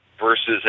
versus